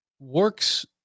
works